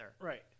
Right